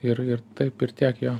ir ir taip ir tiek jo